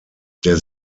der